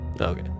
Okay